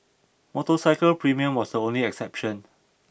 motorcycle premium was the only exception